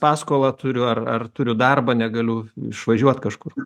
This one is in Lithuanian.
paskolą turiu ar ar turiu darbą negaliu išvažiuot kažkur